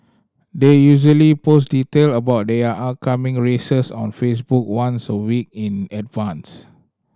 they usually post detail about their upcoming races on Facebook once a week in advance